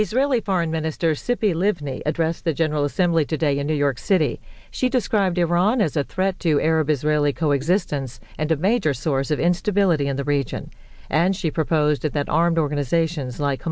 israeli foreign minister sippy livni address the general assembly today in new york city she described iran as a threat to arab israeli coexistence and a major source of instability in the region and she proposed that armed organizations like